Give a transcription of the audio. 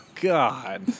God